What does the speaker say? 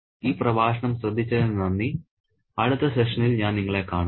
ഈ പ്രഭാഷണം ശ്രദ്ധിച്ചതിന് നന്ദി അടുത്ത സെഷനിൽ ഞാൻ നിങ്ങളെ കാണും